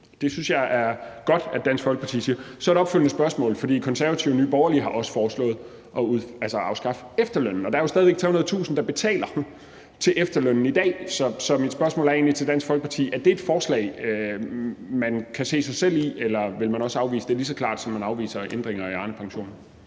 Jeg synes, det er godt, at Dansk Folkeparti siger det. Så et opfølgende spørgsmål: Konservative og Nye Borgerlige har også foreslået at afskaffe efterlønnen. Der er jo stadig væk 300.000, der betaler til efterlønnen i dag. Så mit spørgsmål er egentlig til Dansk Folkeparti, om det er et forslag, man kan se sig selv i. Eller vil man også afvise det lige så klart, som man afviser ændringer i Arnepensionen?